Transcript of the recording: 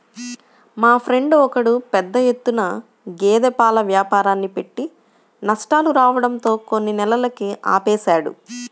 మా ఫ్రెండు ఒకడు పెద్ద ఎత్తున గేదె పాల వ్యాపారాన్ని పెట్టి నష్టాలు రావడంతో కొన్ని నెలలకే ఆపేశాడు